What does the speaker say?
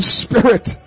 spirit